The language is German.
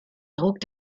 druck